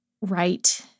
right